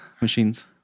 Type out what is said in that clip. machines